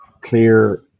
clear